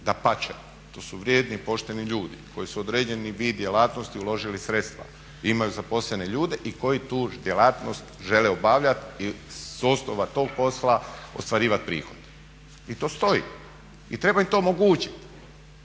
Dapače, to su vrijedni i pošteni ljudi koji su u određeni vid djelatnosti uložili sredstva, imaju zaposlene ljude i koji tu djelatnost žele obavljat i s osnova tog posla ostvarivat prihode i to stoji i treba im to omogućit.